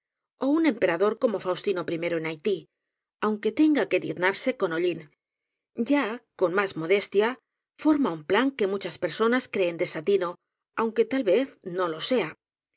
ó un emperador como faustino i en haiti aunque tenga que tiznarse con hollín ya con más modestia forma un plan que muchas personas creen desatino aunque tal vez no lo sea